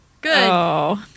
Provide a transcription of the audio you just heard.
Good